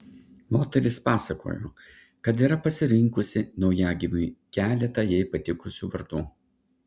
moteris pasakojo kad yra parinkusi naujagimiui keletą jai patikusių vardų